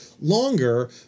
longer